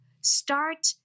Start